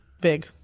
big